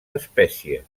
espècie